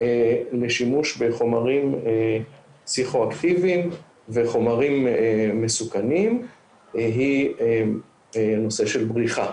לשימוש בחומרים פסיכו-אקטיביים וחומרים מסוכנים היא נושא של בריחה,